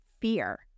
fear